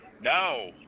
no